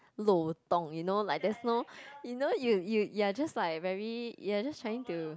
漏洞 you know like there's no you know you you are just like very you are just trying to